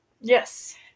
Yes